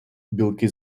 білки